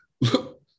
look